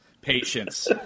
patience